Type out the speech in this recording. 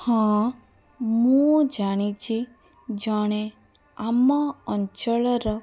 ହଁ ମୁଁ ଜାଣିଛି ଜଣେ ଆମ ଅଞ୍ଚଳର